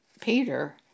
Peter